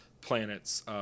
planets